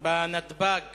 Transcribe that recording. בנתב"ג